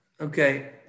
Okay